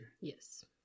Yes